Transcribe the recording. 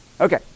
Okay